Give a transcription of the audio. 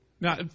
now